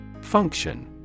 Function